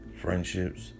friendships